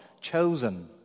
chosen